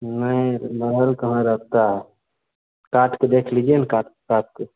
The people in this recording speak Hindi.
नहीं तो महर कहाँ रहता है काट कर देख लीजिए ना काट काट कर